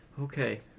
Okay